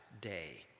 day